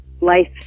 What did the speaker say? life